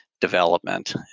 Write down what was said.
development